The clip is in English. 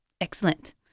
Excellent